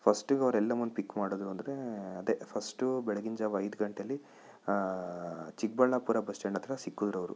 ಫಸ್ಟಿಗೆ ಅವ್ರೆಲ್ಲ ನಮ್ಮನ್ನ ಪಿಕ್ ಮಾಡಿದ್ರು ಅಂದರೆ ಅದೇ ಫಸ್ಟು ಬೆಳಗಿನ ಜಾವ ಐದು ಗಂಟೆಯಲ್ಲಿ ಚಿಕ್ಕಬಳ್ಳಾಪುರ ಬಸ್ ಸ್ಟ್ಯಾಂಡ್ ಹತ್ತಿರ ಸಿಕ್ಕಿದ್ರು ಅವ್ರು